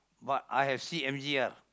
but I have see M_G_R